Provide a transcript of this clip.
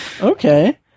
Okay